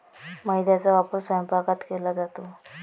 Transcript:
मैद्याचा वापर स्वयंपाकात केला जातो